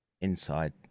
inside